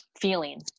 feeling